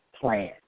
plan